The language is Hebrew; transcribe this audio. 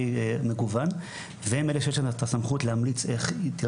מגוון והם אלה שיש להם את הסמכות להמליץ איך תהיה